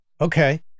Okay